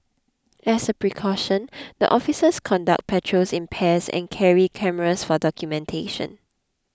as a precaution the officers conduct patrols in pairs and carry cameras for documentation